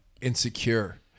Insecure